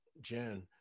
jen